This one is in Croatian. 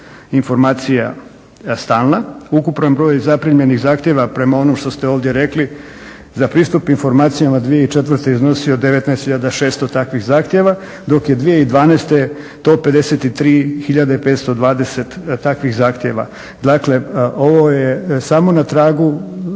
informacija stalna. Ukupan broj zaprimljenih zahtjeva prema onom što ste ovdje rekli za pristup informacijama 2004. je iznosi 19 600 takvih zahtjeva dok je 2012. to 53 520 takvih zahtjeva. Dakle, ovo je samo na tragu